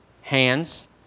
Hands